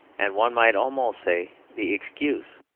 and one might almost say the excuse,